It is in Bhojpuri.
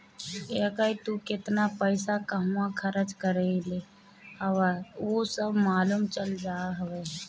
एके तू केतना पईसा कहंवा खरच कईले हवअ उ सब मालूम चलत हवे